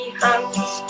hands